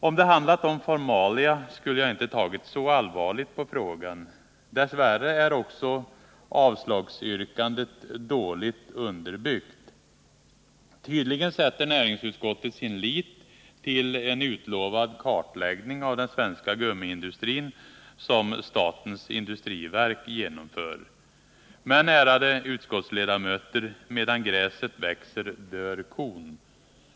Om det handlat om formalia skulle jag inte tagit så allvarligt på frågan. Dess värre är avslagsyrkandet också dåligt underbyggt. Tydligen sätter näringsutskottet sin lit till en utlovad kartläggning av den svenska gummiindustrin som statens industriverk genomför. Men, ärade utskottsledamöter, medan gräset växer dör kon!